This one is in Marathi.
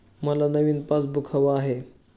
मला नवीन पासबुक हवं आहे